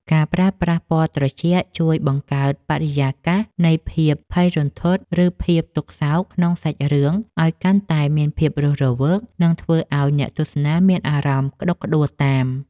ការប្រើប្រាស់ពណ៌ត្រជាក់ជួយបង្កើតបរិយាកាសនៃភាពភ័យរន្ធត់ ឬ ភាពទុក្ខសោកក្នុងសាច់រឿងឱ្យកាន់តែមានភាពរស់រវើក និង ធ្វើឱ្យអ្នកទស្សនាមានអារម្មណ៍ក្តុកក្តួលតាម។